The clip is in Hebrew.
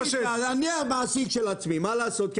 אני המעסיק של עצמי, מה לעשות?